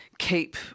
keep